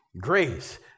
Grace